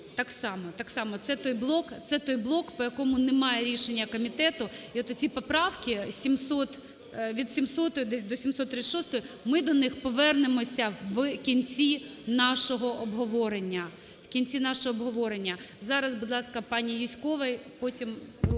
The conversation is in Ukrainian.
так само. Це той блок, по якому немає рішення комітету. І от оці поправки від 700-ї, десь до 736-ї, ми до них повернемося в кінці нашого обговорення. Зараз, будь ласка, пані Юзькова. І потім